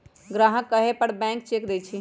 ग्राहक के कहे पर बैंक चेक देई छई